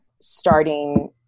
starting